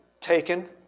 taken